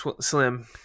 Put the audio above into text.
Slim